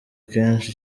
kenshi